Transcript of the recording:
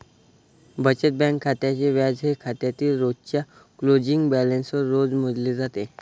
बचत बँक खात्याचे व्याज हे खात्यातील रोजच्या क्लोजिंग बॅलन्सवर रोज मोजले जाते